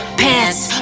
pants